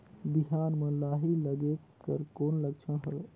बिहान म लाही लगेक कर कौन लक्षण हवे?